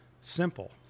simple